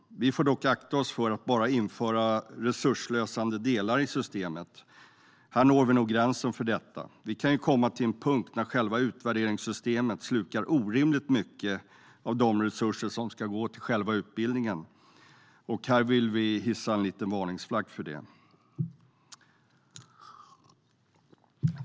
Vi får dock akta oss för att bara införa resursslösande delar i systemet. Här når vi nog gränsen för detta. Vi kan ju komma till en punkt när själva utvärderingssystemet slukar orimligt mycket av de resurser som ska gå till själva utbildningarna. Vi vill också hissa en varningsflagg för det.